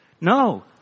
No